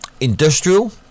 industrial